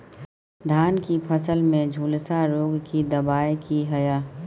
धान की फसल में झुलसा रोग की दबाय की हय?